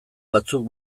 batzuk